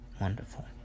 Wonderful